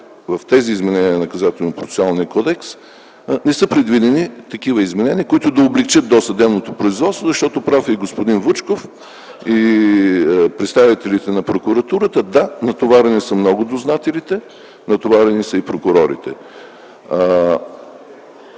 в тези изменения на Наказателно-процесуалния кодекс не са предвидени такива изменения, които да облекчат досъдебното производство. Прави са господин Вучков и представителите на Прокуратурата, да, дознателите са много натоварени, натоварени са и прокурорите.